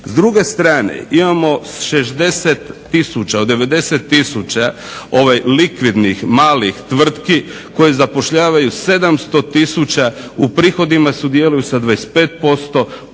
S druge strane, imamo 60 tisuća od 90 tisuća likvidnih malih tvrtki koje zapošljavaju 700 tisuća, u prihodima sudjeluju sa 25%,